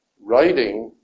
writing